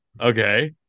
Okay